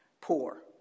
poor